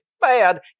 Bad